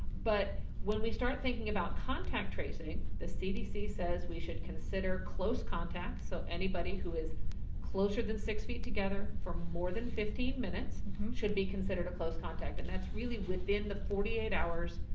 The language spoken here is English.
but when we start thinking about contact tracing, the cdc says we should consider close contact. so anybody who is closer than six feet together for more than fifteen minutes should, be considered a close contact and that's really within the forty eight hours,